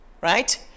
right